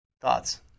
Thoughts